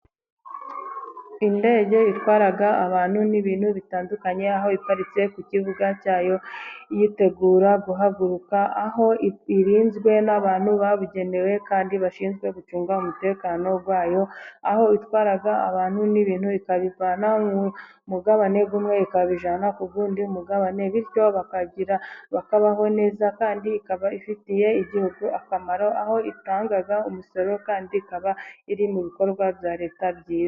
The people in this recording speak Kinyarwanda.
Indege itwara abantu n'ibintu bitandukanye ,aho iparitse ku kibuga cyayo yitegura guhaguruka, aho irinzwe n'abantu babigenewe kandi bashinzwe gucunga umutekano wayo ,aho itwara abantu n'ibintu ikabivana ku mugabane umwe ikaba ijyana ku wundi mugabane, bityo bakagira, bakabaho neza kandi ikaba ifitiye igihugu akamaro ,aho itanga umusaruro kandi ikaba iri mu bikorwa bya leta byiza.